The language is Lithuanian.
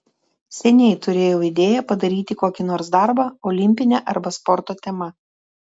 seniai turėjau idėją padaryti kokį nors darbą olimpine arba sporto tema